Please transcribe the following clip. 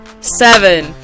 seven